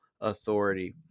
authority